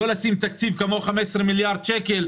לא לשים תקציב של 15 מיליארד שקל,